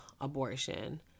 abortion